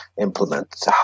implement